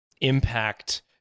impact